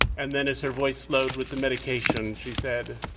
and then as her voice slowed with the medication, she said,